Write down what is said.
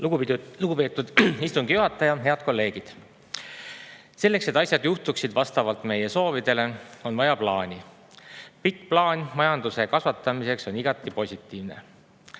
Lugupeetud istungi juhataja! Head kolleegid! Selleks, et asjad juhtuksid vastavalt meie soovidele, on vaja plaani. Pikk plaan majanduse kasvatamiseks on igati positiivne.